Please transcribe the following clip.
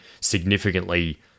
significantly